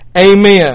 Amen